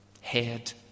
Head